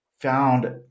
found